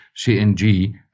CNG